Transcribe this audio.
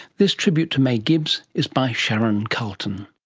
this tribute to may gibbs is by sharon carleton.